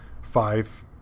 five